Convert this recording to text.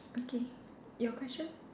okay your question